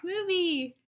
movie